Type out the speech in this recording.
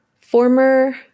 Former